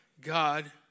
God